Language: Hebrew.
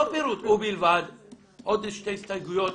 לא פירוט, עוד שתי הסתייגויות